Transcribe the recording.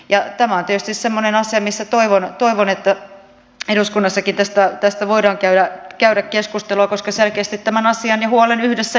tämä on tietysti semmoinen asia mistä toivon että eduskunnassakin voidaan käydä keskustelua koska selkeästi tämän asian ja huolen yhdessä jaamme